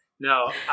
No